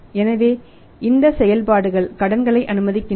எனவே இந்த செயல்பாடுகள் கடன்களை அனுமதிக்கின்றன